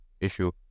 issue